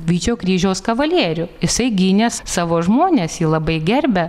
vyčio kryžiaus kavalierių jisai gynė savo žmones jį labai gerbė